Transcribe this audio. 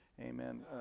amen